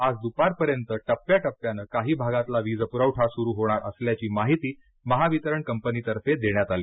आज दुपारपर्यंत टप्प्याटप्प्यानं काही भागातला वीजपुरवठा सुरू होणार असल्याची माहिती महावितरण कंपनीतर्फे देण्यात आली